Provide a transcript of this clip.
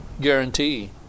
guarantee